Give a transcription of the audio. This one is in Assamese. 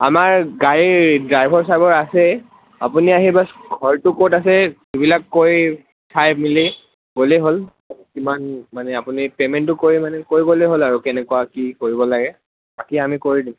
আমাৰ গাড়ীৰ ড্ৰাইভৰ চাইভাৰ আছে আপুনি আহিব ঘৰটো ক'ত আছে যিবিলাক কৈ চাই মেলি গ'লেই হ'ল কিমান মানে আপুনি পে'মেণ্টটো কৰি মানে কৰি গ'লেই হ'ল আৰু কেনেকুৱা কি কৰিব লাগে বাকী আমি কৰি দিম